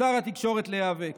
משרד התקשורת להיאבק.